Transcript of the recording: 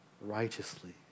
righteously